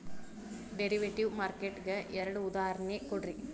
derivative market ಗೆ ಎರಡ್ ಉದಾಹರ್ಣಿ ಕೊಡ್ರಿ